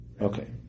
Okay